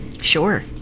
sure